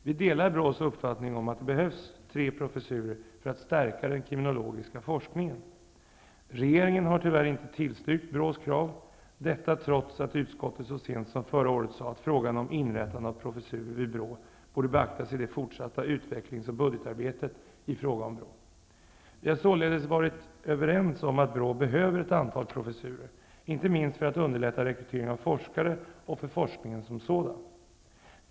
Vi delar BRÅ:s uppfattning att det behövs tre professurer för att stärka den kriminologiska forskningen. Regeringen har tyvärr inte tillstyrkt BRÅ:s krav. Detta trots att utskottet så sent som förra året sade att frågan om inrättande av professurer vid BRÅ borde beaktas i det fortsatta utvecklings och budgetarbetet i fråga om BRÅ. Vi har således varit överens om att BRÅ behöver ett antal professurer, inte minst för att underlätta rekrytering av forskare och för forskningen som sådan.